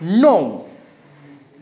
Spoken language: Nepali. नौ